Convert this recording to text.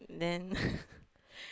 then